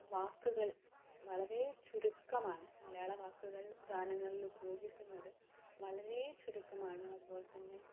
വാക്കുകൾ വളരെ ചുരുക്കമാണ് മലയാള വാക്കുകൾ ഗാനങ്ങളിൽ ഉപയോഗിക്കുന്നത് വളരെ ചുരുക്കമാണ് അതുപോലെ തന്നെ